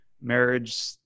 marriage